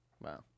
Wow